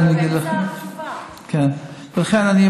זה, אני אגיד לך.